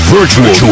Virtual